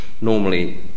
Normally